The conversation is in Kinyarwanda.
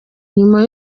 nyuma